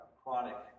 chronic